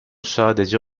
sadece